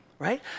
right